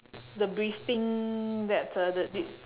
the breathing that uh the did